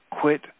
quit